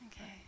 Okay